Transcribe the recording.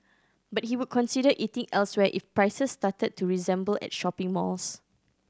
but he would consider eating elsewhere if prices started to resemble at shopping malls